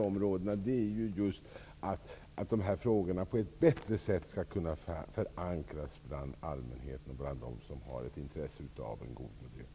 Det är viktigt att dessa frågor på ett bättre sätt skall kunna förankras bland allmänheten, bland dem som har intresse av en god miljö.